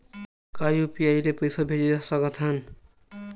का यू.पी.आई ले पईसा भेज सकत हन?